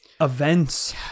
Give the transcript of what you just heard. events